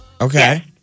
Okay